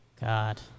god